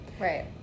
right